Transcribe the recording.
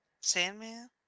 Sandman